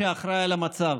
שאחראי על המצב,